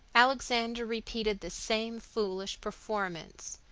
alexander repeated this same foolish performance.